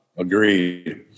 Agreed